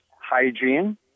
hygiene